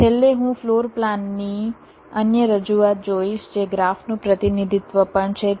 અને છેલ્લે હું ફ્લોર પ્લાનની અન્ય રજૂઆત જોઈશ જે ગ્રાફનું પ્રતિનિધિત્વ પણ છે